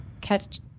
catch